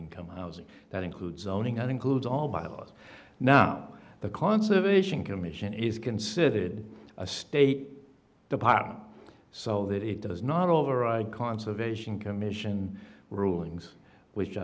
income housing that includes owning an includes all bylaws now the conservation commission is considered a state department so that it does not override conservation commission rulings which